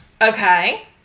okay